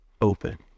open